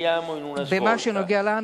במה שנוגע לנו,